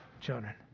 children